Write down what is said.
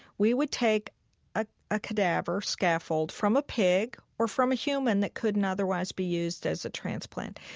we would take a a cadaver scaffold from a pig or from a human that couldn't otherwise be used as a transplant.